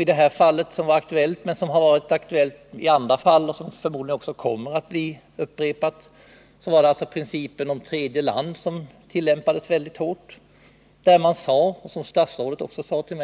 I fallet med den chilenska flickan var det principen om tredje land som tillämpades hårt. När vi debatterade förra gången sade statsrådet till